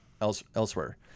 elsewhere